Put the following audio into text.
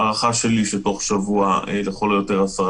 ההערכה שלי היא שבתוך שבוע עד עשרה